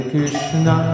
Krishna